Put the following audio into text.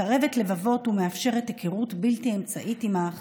מקרבת לבבות ומאפשרת היכרות בלתי אמצעית עם האחר.